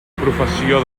professió